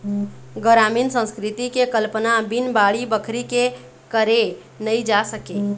गरामीन संस्कृति के कल्पना बिन बाड़ी बखरी के करे नइ जा सके